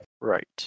Right